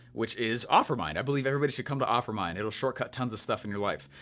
which is offermind. i believe everybody should come to offermind, it'll shortcut tons of stuff in your life.